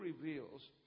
reveals